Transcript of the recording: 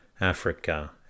Africa